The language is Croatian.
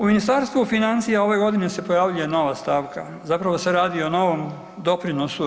U Ministarstvu financija ove godine se pojavljuje nova stavka, zapravo se radi o novom doprinosu u EU.